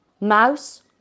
mouse